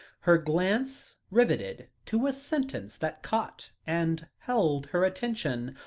her glance riveted to a sentence that caught and held her attention,